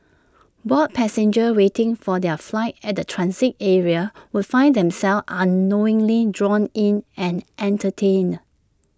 bored passengers waiting for their flight at the transit area would find themselves unknowingly drawn in and entertained